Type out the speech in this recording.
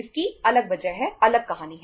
इसकी अलग वजह है अलग कहानी है